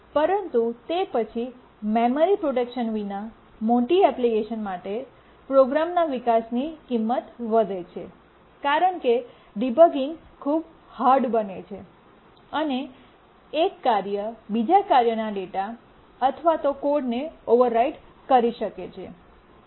પરંતુ તે પછી મેમરી પ્રોટેક્શન વિના મોટી એપ્લિકેશન માટે પ્રોગ્રામના વિકાસની કિંમત વધે છે કારણ કે ડિબગીંગ ખૂબ હાર્ડ બને છે અને એક કાર્ય બીજા કાર્યના ડેટા અથવા કોડને ઓવરરાઈટ કરી શકે છે